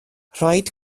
rhaid